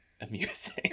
amusing